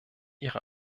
ihre